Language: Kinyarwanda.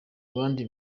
abandi